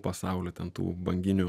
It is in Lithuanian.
pasaulį ten tų banginių